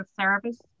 service